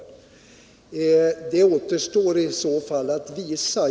Det återstår i så fall att visa.